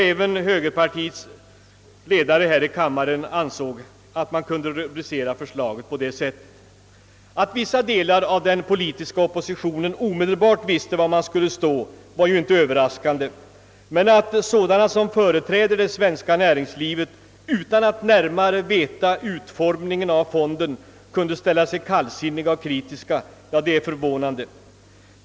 Även högerpartiets ledare här i kammaren ansåg att han kunde rubricera förslaget på det sättet. Att vissa delar av den politiska oppositionen omedelbart visste var man skulle stå var ju inte överraskande, men att representanter för det svenska näringslivet utan att närmare känna till utformningen av fonden kunnat ställa sig kallsinniga och kritiska är förvånande.